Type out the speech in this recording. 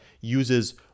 uses